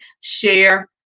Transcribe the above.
share